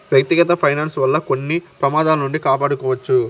వ్యక్తిగత ఫైనాన్స్ వల్ల కొన్ని ప్రమాదాల నుండి కాపాడుకోవచ్చు